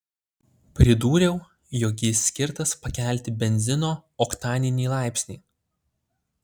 pridūriau jog jis skirtas pakelti benzino oktaninį laipsnį